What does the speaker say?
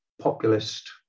populist